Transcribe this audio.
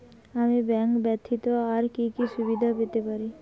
আমি ব্যাংক ব্যথিত আর কি কি সুবিধে পেতে পারি?